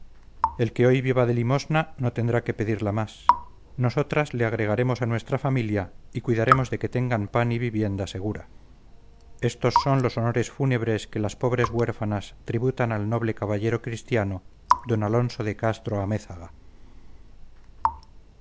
el que hoy viva de limosna no tendrá que pedirla más nosotras les agregamos a nuestra familia y cuidaremos de que tengan pan y vivienda segura estos son los honores fúnebres que las pobres huérfanas tributan al noble caballero cristiano d alonso de